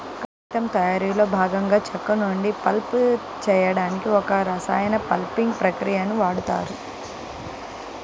కాగితం తయారీలో భాగంగా చెక్క నుండి పల్ప్ చేయడానికి ఒక రసాయన పల్పింగ్ ప్రక్రియని వాడుతారు